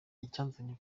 icyanzanye